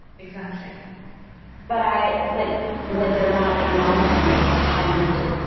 exactly but i. but what they're not acknowledging is the hundred,